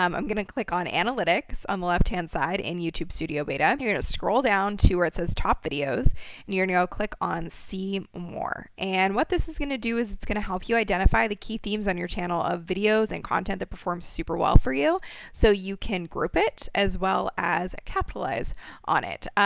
um i'm going to click on analytics on the left-hand side in youtube studio beta. um you're going to scroll down to where it says top videos and you're going to go ah click on see more. and what this is going to do is it's going to help you identify the key themes on your channel of videos and content that performs super well for you so you can group it as well as capitalize on it.